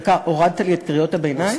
הורדת לי את קריאות הביניים?